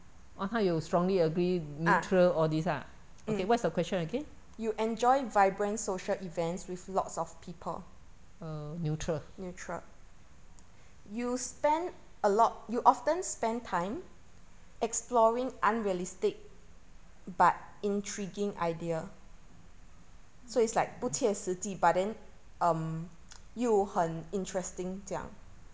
orh 它有 strongly agree netural all these ah okay what's the question again err neutral